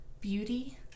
beauty